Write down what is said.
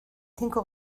cinco